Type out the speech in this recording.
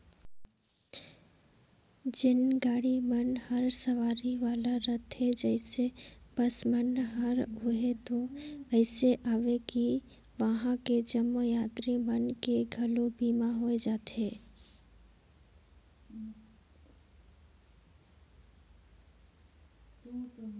जेन गाड़ी मन हर सवारी वाला रथे जइसे बस मन हर ओम्हें तो अइसे अवे कि वंहा के जम्मो यातरी मन के घलो बीमा होय जाथे